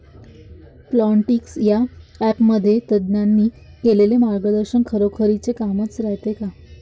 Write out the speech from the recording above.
Plantix या ॲपमधील तज्ज्ञांनी केलेली मार्गदर्शन खरोखरीच कामाचं रायते का?